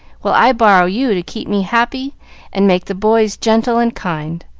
while i borrow you to keep me happy and make the boys gentle and kind.